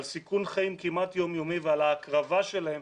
על סיכון חיים כמעט יום יומי ועל ההקרבה שלהם